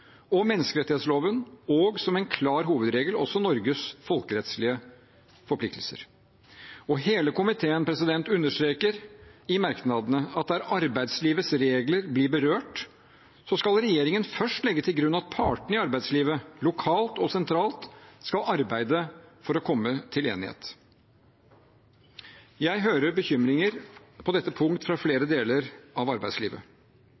og menneskerettsloven og som en klar hovedregel også Norges folkerettslige forpliktelser. Hele komiteen understreker i merknadene at der arbeidslivets regler blir berørt, skal regjeringen først legge til grunn at partene i arbeidslivet, lokalt og sentralt, skal arbeide for å komme til enighet. Jeg hører bekymringer på dette punkt fra flere deler av arbeidslivet.